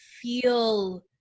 feel